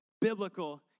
Biblical